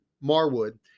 Marwood